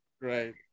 Right